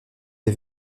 des